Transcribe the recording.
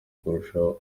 kurushaho